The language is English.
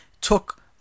took